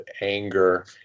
anger